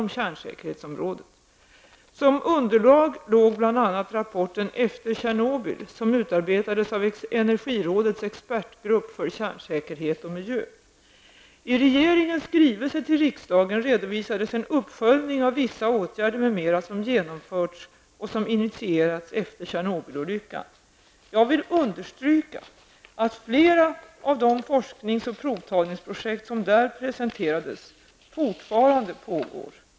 Som underlag låg bl.a. som genomförts och som initierats efter Tjernobylolyckan. Jag vill understryka att flera av de forsknings och provtagningsprojekt som där presenterades fortfarande pågår.